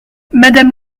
madame